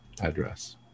address